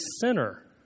sinner